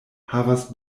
havas